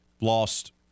lost